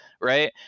right